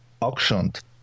auctioned